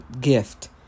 gift